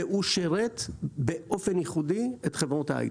ושירת באופן ייחודי את חברות ההייטק.